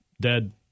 dead